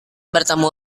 bertemu